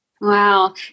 Wow